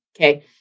Okay